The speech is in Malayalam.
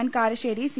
N Karassery C